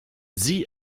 sie